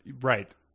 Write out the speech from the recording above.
right